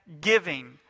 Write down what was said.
giving